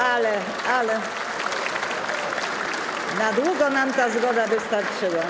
Ale na długo nam ta zgoda wystarczyła.